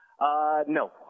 No